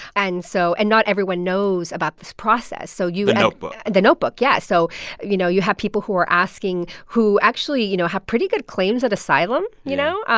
and so and not everyone knows about this process. so you. the notebook the notebook, yeah. so you know, you have people who are asking who actually, you know, have pretty good claims at asylum. you know?